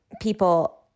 people